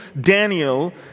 Daniel